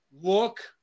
Look